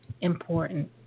important